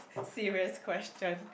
serious question